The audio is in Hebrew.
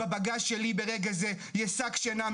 בבגאז' שלי ברגע זה יש שק שינה,